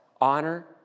honor